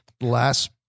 last